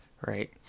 right